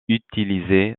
utilisée